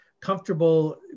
comfortable